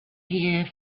here